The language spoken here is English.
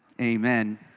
amen